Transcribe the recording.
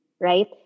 right